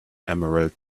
emerald